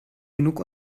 genug